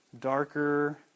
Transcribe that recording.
darker